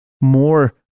more